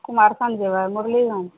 कुमारखंड जेबै मुरलीगञ्ज